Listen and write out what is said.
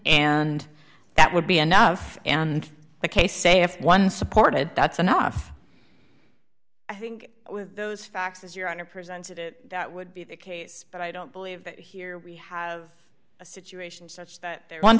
and that would be enough and ok say if one supported that's enough i think with those facts as your honor presented it that would be the case but i don't believe that here we have a situation such that they